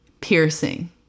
piercing